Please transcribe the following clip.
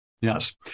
Yes